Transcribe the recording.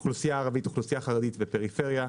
אוכלוסייה ערבית, אוכלוסייה חרדית ופריפריה.